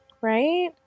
Right